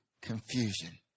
confusion